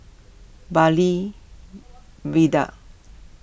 Bartley Viaduct